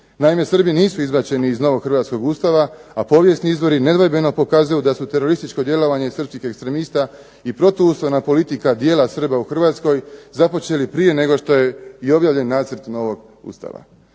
Naime, Srbi nisu izbačeni iz novog hrvatskog Ustava, a povijesni izvori nedvojbeno pokazuju da su terorističko djelovanje srpskih ekstremista i protuustavna politika djela Srba u Hrvatskoj započela prije nego što je i objavljen nacrt novog Ustava.